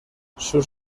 sus